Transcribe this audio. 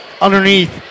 underneath